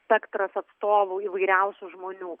spektras atstovų įvairiausių žmonių